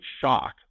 shock